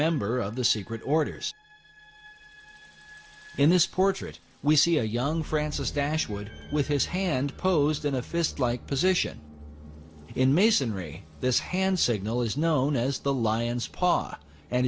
member of the secret orders in this portrait we see a young francis dashwood with his hand posed in a fist like position in masonry this hand signal is known as the lions pa and